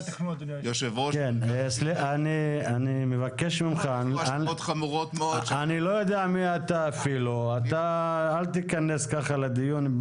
אני לא יודע מי אתה, אל תיכנס כך לדיון.